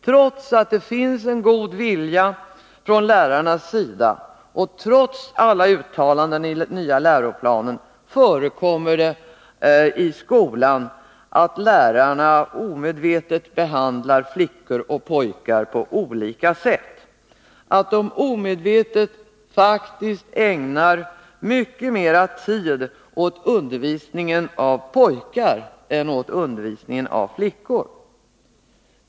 Trots god vilja från lärarnas sida och trots alla uttalanden i den nya läroplanen förekommer det att lärarna omedvetet behandlar flickor och pojkar på olika sätt, att de omedvetet faktiskt ägnar mycket mer tid åt undervisningen av pojkar än åt undervisningen av flickor.